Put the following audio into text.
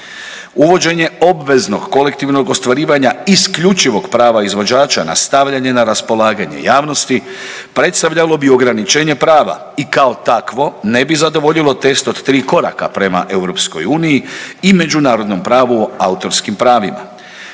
Uvođenje obveznog kolektivnog ostvarivanja isključivog prava izvođača na stavljanje na raspolaganje javnosti predstavljalo bi ograničenje prava i kao takvo ne bi zadovoljilo test od tri koraka prema EU i međunarodnom pravu o autorskim pravima.